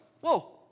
whoa